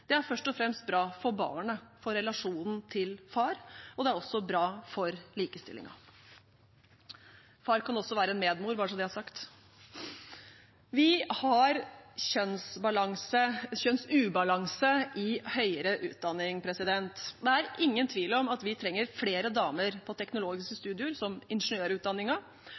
Det er først og fremst bra for barnet, for relasjonen til far, og det er også bra for likestillingen. Far kan også være en medmor, bare så det er sagt. Vi har kjønnsubalanse i høyere utdanning. Det er ingen tvil om at vi trenger flere damer på teknologiske studier, som